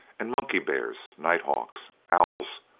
and monkey-bears, night hawks, owls,